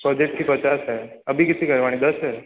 project की पचास है अभी कितनी करवानी दस